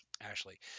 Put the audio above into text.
Ashley